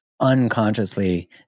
unconsciously